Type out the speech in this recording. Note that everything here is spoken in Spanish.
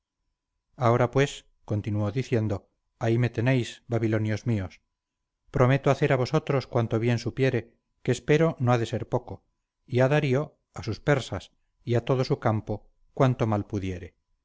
ahora pues continuó diciendo ahí me tenéis babilonios míos prometo hacer a vosotros cuanto bien supiere que espero no ha de ser poco y a darío a sus persas y a todo su campo cuanto mal pudiere